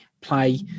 play